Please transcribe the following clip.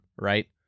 right